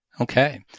Okay